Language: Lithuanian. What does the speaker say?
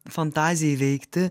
fantazijai veikti